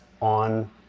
on